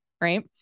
right